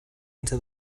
into